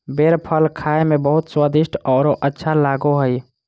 बेर फल खाए में बहुत स्वादिस्ट औरो अच्छा लगो हइ